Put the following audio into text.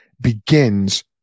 begins